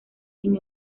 sin